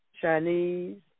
Chinese